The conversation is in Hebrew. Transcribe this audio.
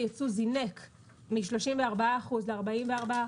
המשקל שלו ביצוא זינק מ-34% ל-44%,